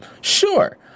Sure